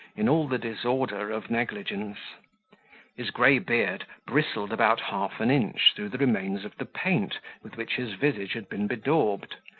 in all the disorder of negligence his gray beard bristled about half-an-inch through the remains of the paint with which his visage had been bedaubed,